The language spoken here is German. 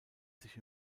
sich